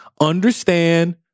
understand